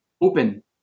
open